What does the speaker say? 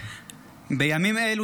בימים אלו,